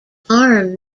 arm